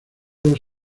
los